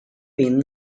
been